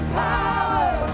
power